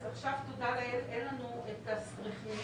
אז עכשיו תודה לאל אין לנו את הסטריכנין,